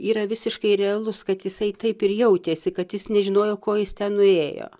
yra visiškai realus kad jisai taip ir jautėsi kad jis nežinojo ko jis ten nuėjo